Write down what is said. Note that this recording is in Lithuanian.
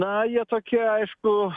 na jie tokie aišku